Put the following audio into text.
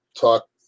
talk